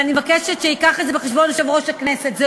ואני מבקשת שיושב-ראש הכנסת יביא את זה בחשבון.